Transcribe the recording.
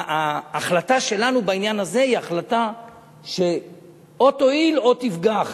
ההחלטה שלנו בעניין הזה היא החלטה שאו תועיל או תפגע,